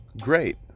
Great